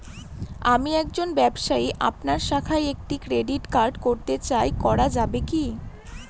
আমি একজন ব্যবসায়ী আপনার শাখায় একটি ক্রেডিট কার্ড করতে চাই করা যাবে কি?